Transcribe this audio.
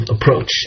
approach